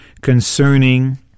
concerning